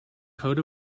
coat